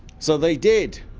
so they did